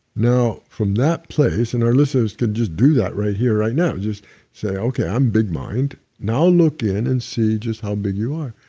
now, from that place, and our listeners can just do that right here, right now, you just say, okay. i'm big mind. now, look in and see just how big you are,